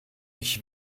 ich